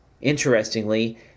Interestingly